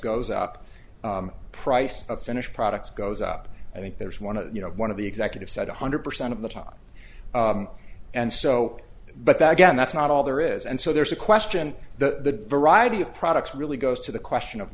goes up price of finished products goes up i think there's one of you know one of the executive said one hundred percent of the time and so but that again that's not all there is and so there's a question the variety of products really goes to the question of